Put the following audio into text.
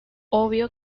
obvio